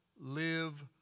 live